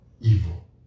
evil